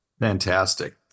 Fantastic